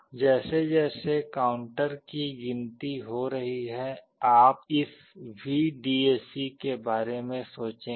जैसे जैसे काउंटर की गिनती हो रही है आप इस VDAC के बारे में सोचेंगे